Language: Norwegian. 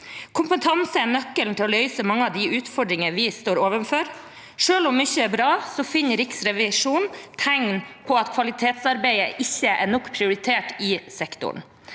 Kompetanse er nøkkelen til å løse mange av de utfordringene vi står overfor. Selv om mye er bra, finner Riksrevisjonen tegn på at kvalitetsarbeidet ikke er nok prioritert i sektoren.